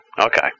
okay